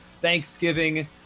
thanksgiving